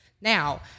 Now